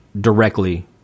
directly